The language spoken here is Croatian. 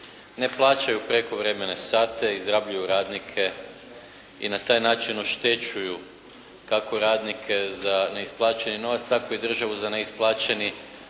ne plaćaju prekovremene sate, izrabljuju radnike i na taj način oštećuju kako radnike za neisplaćeni novac, tako i državu za neisplaćene